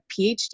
PhD